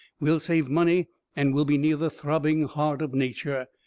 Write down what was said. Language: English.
we'll save money and we'll be near the throbbing heart of nature.